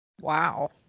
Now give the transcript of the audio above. Wow